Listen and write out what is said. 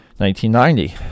1990